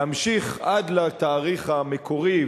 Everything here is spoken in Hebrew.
להמשיך עד לתאריך המקורי,